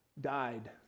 died